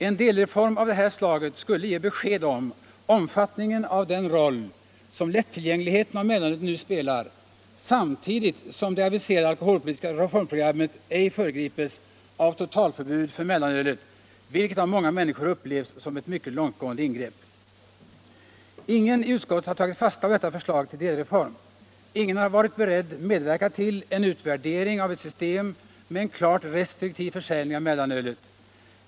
En delreform av det här slaget skulle ge besked om omfattningen av den roll som lättillgängligheten av mellanölet nu spelar, samtidigt som det aviserade alkoholpolitiska reformarbetet ej föregrips av ett totalförbud för mellanölet, vilket av många människor upplevs som ett mycket långtgående ingrepp. Ingen i utskottet har tagit fasta på detta förslag till delreform. Ingen har varit beredd att medverka till utvärdering av ett system med en klart restriktiv försäljning av mellanölet.